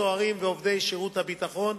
על סוהרים ועל עובדי שירותי הביטחון,